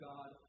God